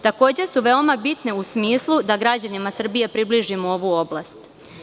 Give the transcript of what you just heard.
Takođe su veoma bitne u smislu da građanima Srbije približimo ovu oblast.